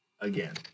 Again